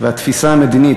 התפיסה המדינית,